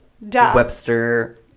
Webster